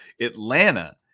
Atlanta